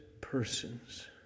persons